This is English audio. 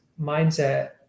mindset